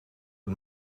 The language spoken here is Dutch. een